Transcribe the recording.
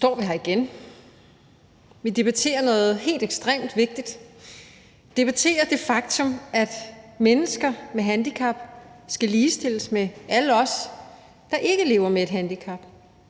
Vi debatterer noget helt ekstremt vigtigt. Vi debatterer det faktum, at mennesker med handicap skal ligestilles med alle os, der ikke lever med et handicap.